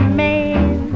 man